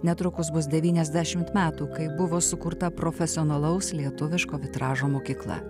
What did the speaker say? netrukus bus devyniasdešimt metų kai buvo sukurta profesionalaus lietuviško vitražo mokykla